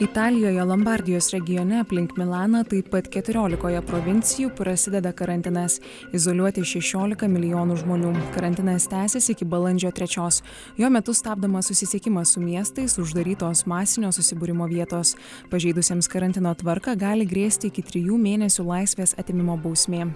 italijoje lombardijos regione aplink milaną taip pat keturiolikoje provincijų prasideda karantinas izoliuoti šešiolika milijonų žmonių karantinas tęsiasi iki balandžio trečios jo metu stabdomas susisiekimas su miestais uždarytos masinio susibūrimo vietos pažeidusiems karantino tvarka gali grėsti iki trijų mėnesių laisvės atėmimo bausmė